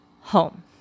home